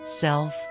self